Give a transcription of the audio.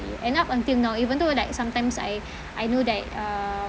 and up until now even though like sometimes I I knew that uh